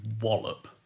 wallop